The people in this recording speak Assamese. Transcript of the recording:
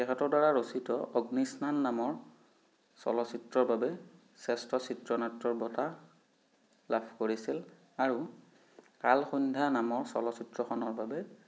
তেখেতৰ দ্বাৰা ৰচিত অগ্নিস্নান নামৰ চলচিত্ৰৰ বাবে শ্ৰেষ্ঠ চিত্ৰনাট্যৰ বঁটা লাভ কৰিছিল আৰু কালসন্ধ্যা নামৰ চলচিত্ৰখনৰ বাবে